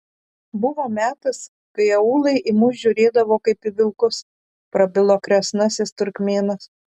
buvo metas kai aūlai į mus žiūrėdavo kaip į vilkus prabilo kresnasis turkmėnas